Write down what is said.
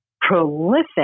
prolific